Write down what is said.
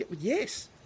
Yes